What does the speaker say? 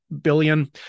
billion